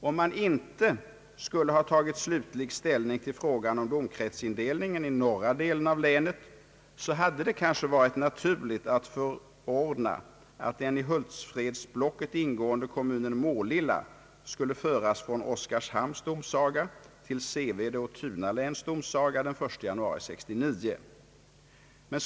Om man inte skulle ha tagit slutlig ställning till frågan om domkretsindelningen i norra delen av länet hade det kanske varit naturligt att förordna att en i Hultsfredsblocket ingående kommunen Målilla skulle föras från Oskarshamns domsaga till Sevede och Tunaläns domsaga den 1 januari 1969.